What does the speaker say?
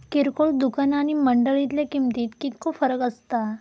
किरकोळ दुकाना आणि मंडळीतल्या किमतीत कितको फरक असता?